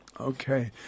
Okay